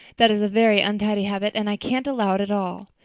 that is a very untidy habit, and i can't allow it at all.